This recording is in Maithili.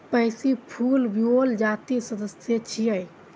पैंसी फूल विओला जातिक सदस्य छियै